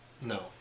No